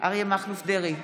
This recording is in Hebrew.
אריה מכלוף דרעי,